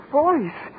voice